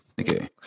Okay